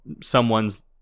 someone's